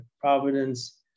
Providence